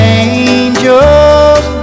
angels